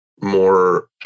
more